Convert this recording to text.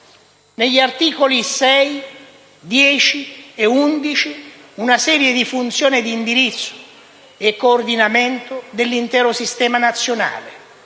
negli articoli 6, 10 e 11, una serie di funzioni di indirizzo e coordinamento dell'intero Sistema nazionale,